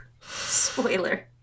Spoiler